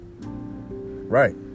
Right